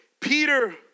Peter